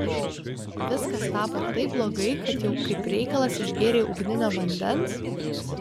viskas tapo taip blogai kad jau kaip reikalas išgėrei ugninio vandens